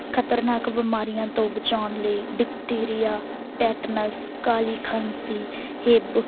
ਖਤਰਨਾਕ ਬਿਮਾਰੀਆਂ ਤੋਂ ਬਚਾਉਣ ਲਈ ਡਿਪਟੀਰੀਆ ਟੈਟਨਸ ਕਾਲੀ ਖਾਂਸੀ ਹਿਬ